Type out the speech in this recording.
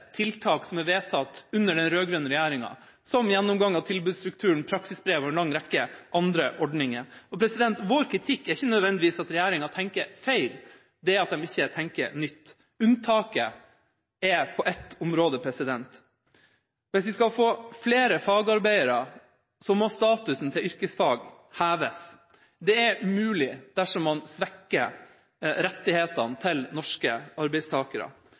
tiltak som er vedtatt under den rød-grønne regjeringa, som gjennomgang av tilbudsstrukturen, praksisbrev og en lang rekke andre ordninger. Vår kritikk er ikke nødvendigvis at regjeringa tenker feil, men at de ikke tenker nytt. Unntaket er på ett område. Hvis vi skal få flere fagarbeidere, må statusen til yrkesfag heves. Det er umulig dersom man svekker rettighetene til norske arbeidstakere.